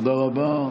תודה רבה.